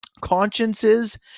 consciences